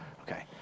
Okay